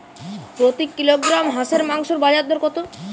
প্রতি কিলোগ্রাম হাঁসের মাংসের বাজার দর কত?